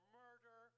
murder